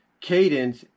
Cadence